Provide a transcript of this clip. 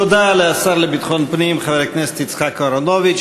תודה לשר לביטחון פנים חבר הכנסת יצחק אהרונוביץ.